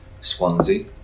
Swansea